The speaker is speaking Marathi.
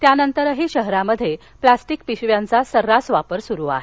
त्यानंतरही शहरात प्लास्टीक पिशव्यांचा सर्रास वापर सुरु आहे